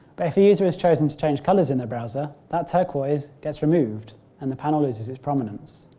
but if a user has chosen to change colours in their browser that turquoise gets removed and the panel loses its prominence.